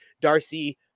Darcy